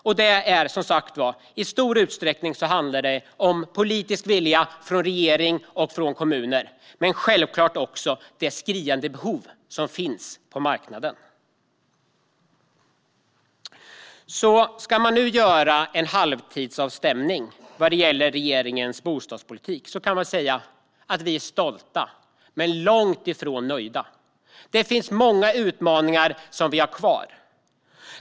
Det handlar som sagt i stor utsträckning om politisk vilja från regering och kommuner. Men det handlar självklart också om det skriande behov som finns på marknaden. Om man nu ska göra en halvtidsavstämning vad gäller regeringens bostadspolitik kan man säga att vi är stolta men långt ifrån nöjda. Vi har många utmaningar kvar.